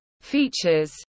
features